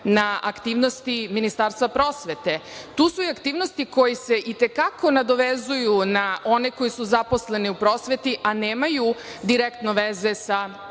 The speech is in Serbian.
na aktivnosti Ministarstva prosvete, tu su i aktivnosti koje se i te kako nadovezuju na one koji su zaposleni u prosveti, a nemaju direktno veze sa